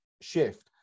shift